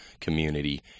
community